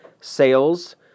sales